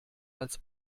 als